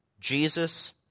Jesus